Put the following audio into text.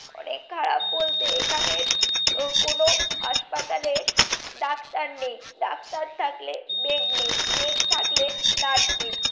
অনেক খারাপ বলতে এখানের কোনো হাসপাতালে ডাক্তার নেই ডাক্তার থাকলে বেড নেই বেড থাকলে নার্স নেই